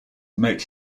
make